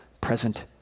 present